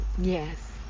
Yes